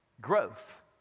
growth